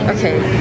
Okay